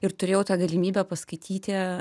ir turėjau tą galimybę paskaityti